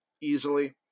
easily